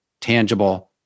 tangible